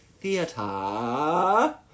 theater